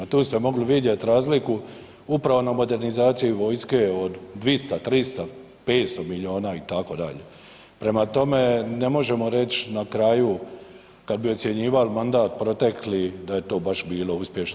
Tu ste mogli vidjeti razliku upravo na modernizaciji vojske od 200, 300, 500 milijuna itd., prema tome ne možemo reć na kraju kada bi ocjenjivali mandat protekli da je to baš bilo uspješno.